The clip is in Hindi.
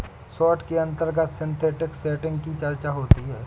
शार्ट के अंतर्गत सिंथेटिक सेटिंग की चर्चा होती है